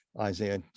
Isaiah